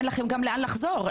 אין לכם גם לאן לחזור.